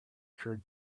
cured